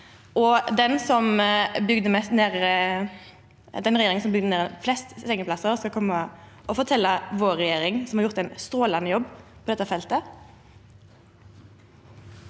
den regjeringa som bygde ned flest sengeplassar, skal koma og fortelja noko til vår regjering, som har gjort ein strålande jobb på dette feltet.